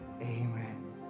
Amen